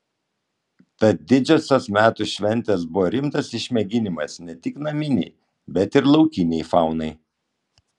tad didžiosios metų šventės buvo rimtas išmėginimas ne tik naminei bet ir laukinei faunai